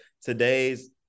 today's